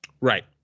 Right